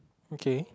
okay